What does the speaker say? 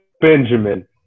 Benjamin